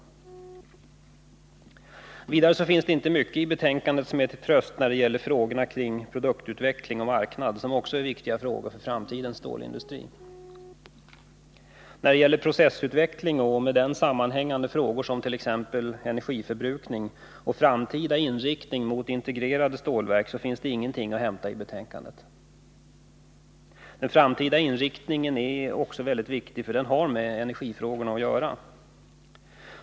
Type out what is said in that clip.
Vidare finns det inte mycket i betänkandet som är till tröst när det gäller frågorna kring produktutveckling och marknad, som också är viktiga för framtidens stålindustri. Då det gäller processutvecklingen och med den sammanhängande frågor omt.ex. energiförbrukning och framtida inriktning mot integrerade stålverk finns det ingenting att hämta i betänkandet. Den framtida inriktningen är viktig, för den har med energifrågorna att göra.